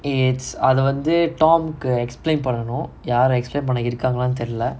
its அத வந்து:atha vanthu tom explain பண்ணனும் யாரு:pannanum yaaru explain பண்ண இருக்காங்களானு தெரில:panna irukkaangalaanu therila